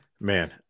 Man